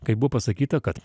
kai buvo pasakyta kad